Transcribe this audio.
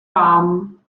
vám